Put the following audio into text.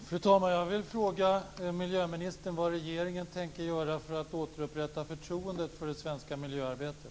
Fru talman! Jag vill fråga miljöministern vad regeringen tänker göra för att återupprätta förtroendet för det svenska miljöarbetet.